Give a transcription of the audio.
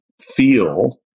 feel